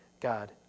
God